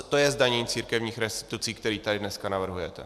To je zdanění církevních restitucí, které tady dneska navrhujete.